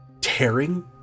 tearing